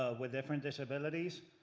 ah with different disabilities.